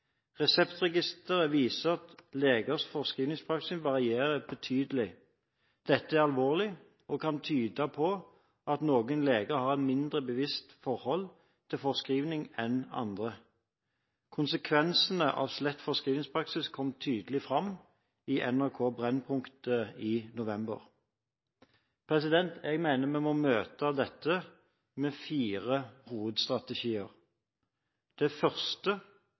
Reseptregisteret viser at legers forskrivningspraksis varierer betydelig. Dette er alvorlig og kan tyde på at noen leger har et mindre bevisst forhold til forskrivning enn andre. Konsekvensene av slett forskrivningspraksis kom tydelig fram i NRK Brennpunkt i november. Jeg mener vi må møte dette med fire hovedstrategier. Den første